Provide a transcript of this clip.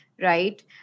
right